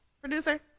Producer